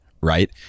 Right